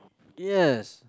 yes